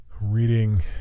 reading